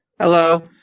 Hello